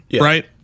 right